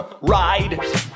Ride